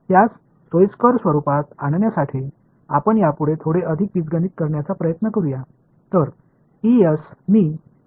त्यास सोयीस्कर स्वरूपात आणण्यासाठी आपण यापासून थोडे अधिक बीजगणित करण्याचा प्रयत्न करूया